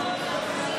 אתה בקריאה שנייה.